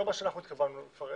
לא מה שאנחנו התכוונו לפרש,